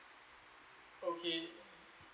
okay